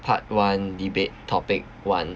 part one debate topic one